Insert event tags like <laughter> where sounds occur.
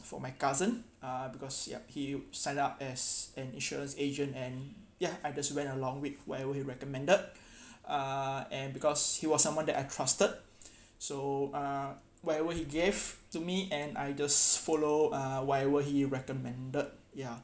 for my cousin uh because yup he'd signed up as an insurance agent and ya I just went along with whatever he recommended <breath> uh and because he was someone that I trusted <breath> so uh whatever he gave to me and I just follow uh whatever he recommended ya